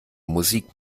musik